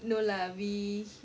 no lah we